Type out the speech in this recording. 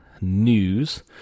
news